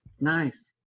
Nice